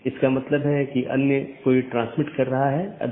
इसलिए पथ को परिभाषित करना होगा